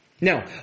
Now